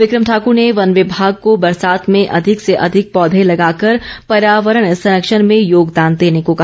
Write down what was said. become Thakur ने वन विभाग को बरसात में अधिक से अधिक पौधे लगाकुर पर्योवरण संरक्षण में योगदान देने को कहा